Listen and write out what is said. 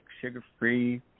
sugar-free